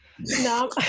No